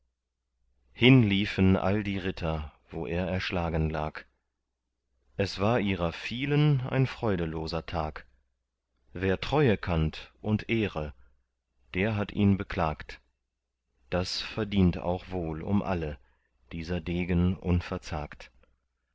hinliefen all die ritter wo er erschlagen lag es war ihrer vielen ein freudeloser tag wer treue kannt und ehre der hat ihn beklagt das verdient auch wohl um alle dieser degen